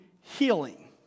healing